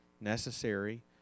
Necessary